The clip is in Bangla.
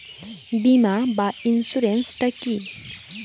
বিমা বা ইন্সুরেন্স টা কি?